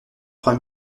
trois